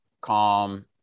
calm